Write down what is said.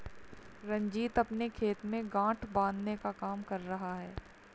रंजीत अपने खेत में गांठ बांधने का काम कर रहा है